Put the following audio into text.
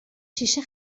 شیشه